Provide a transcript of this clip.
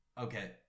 Okay